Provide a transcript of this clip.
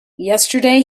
yesterday